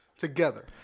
together